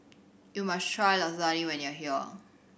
you must try Lasagne when you are here